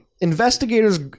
Investigators